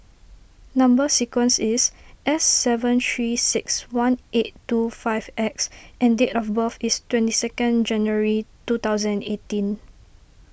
Number Sequence is S seven three six one eight two five X and date of birth is twenty second January two thousand eighteen